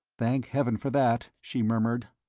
thank heaven for that, she murmured.